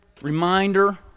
reminder